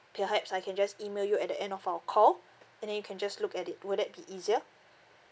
perhaps I can just email you at the end of our call and then you can just look at it would that be easier